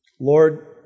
Lord